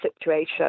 situation